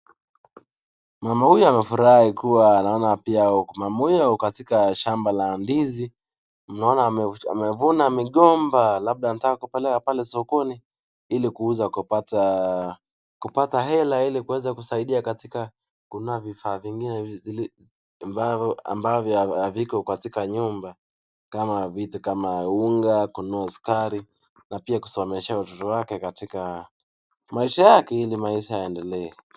Mama amefurahi akiwa katika shamba la ndizi amevuna migomba anaweza labda akaipeleka sokoni akauza akapata hela ili akaweze kusaidia kununua vifaa vingine ambavyo haviko kwenye nyumba vitu kama unga ,kununua sukari na pia kusomeshea watoto wake ili na maisha iendelee